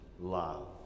love